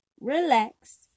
relax